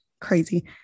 crazy